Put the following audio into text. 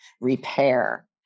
repair